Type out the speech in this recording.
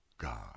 God